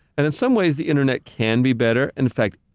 and in some ways, the internet can be better. in fact,